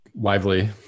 lively